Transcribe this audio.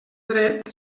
dret